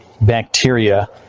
bacteria